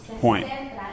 point